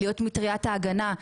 להיות מטריית ההגנה,